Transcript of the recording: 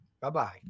Bye-bye